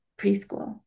preschool